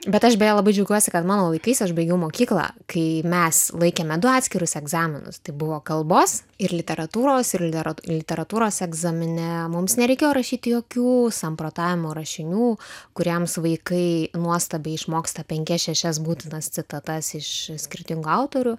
bet aš beje labai džiaugiuosi kad mano laikais aš baigiau mokyklą kai mes laikėme du atskirus egzaminus tai buvo kalbos ir literatūros ir literatūros egzamine mums nereikėjo rašyti jokių samprotavimo rašinių kuriems vaikai nuostabiai išmoksta penkias šešias būtinas citatas iš skirtingų autorių